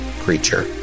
creature